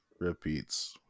repeats